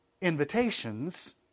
invitations